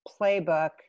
playbook